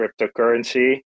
cryptocurrency